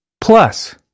plus